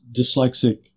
dyslexic